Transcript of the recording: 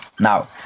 Now